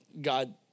God